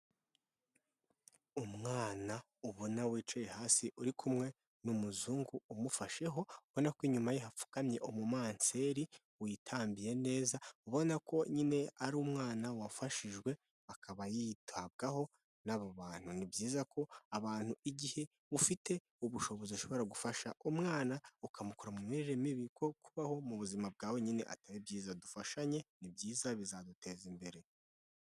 Umwana ubona wicaye hasi uri kumwe n'umuzungu umufasheho ubona ko inyuma ye yapfukamye umumanseri witambiye neza ubona ko nyine ari umwana wafashijwe akaba yitabwaho n'abo bantu, ni byiza ko abantu igihe ufite ubushobozi ushobora gufasha umwana ukamukura mu mirire mibi kuko kubaho mu buzima bwa wenyine atari byiza, dufashanye ni byiza bizaduteza imbere.